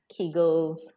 kegels